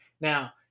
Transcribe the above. Now